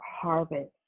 Harvest